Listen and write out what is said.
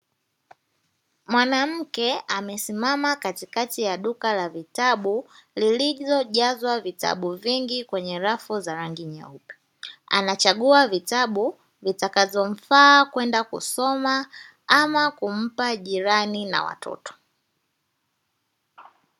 Mwanamke amesimama katikati ya duka la vitabu lililojazwa vitabu vingi kweye rafu za rangi nyeupe. Anachagua vitabu vitakavyomfaa kwenda kusoma ama kumpa jirani na watoto.